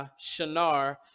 shinar